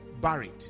buried